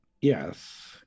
Yes